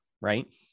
Right